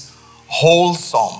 wholesome